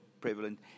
prevalent